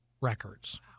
records